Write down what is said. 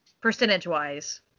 percentage-wise